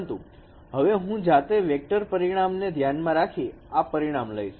પરંતુ હવે હું જાતે વેક્ટર પરિણામને ધ્યાનમાં રાખી આ પરિણામ લઈશ